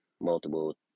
multiple